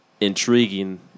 intriguing